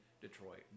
Detroit